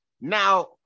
Now